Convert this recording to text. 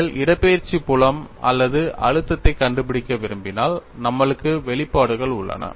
நீங்கள் இடப்பெயர்ச்சி புலம் அல்லது அழுத்தத்தை கண்டுபிடிக்க விரும்பினால் நம்மளுக்கு வெளிப்பாடுகள் உள்ளன